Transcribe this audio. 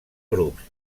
grups